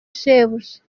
shebuja